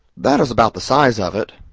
that is about the size of it.